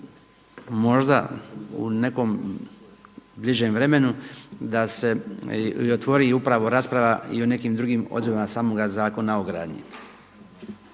možda u nekom bližem vremenu da se otvori upravo rasprava i o nekim drugim odredbama samoga Zakona o gradnji.